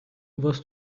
was